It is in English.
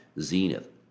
zenith